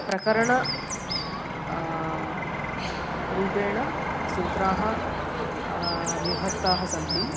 प्रकरण रूपेण सूत्राः विभक्ताः सन्ति